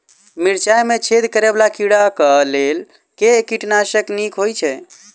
मिर्चाय मे छेद करै वला कीड़ा कऽ लेल केँ कीटनाशक नीक होइ छै?